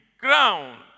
ground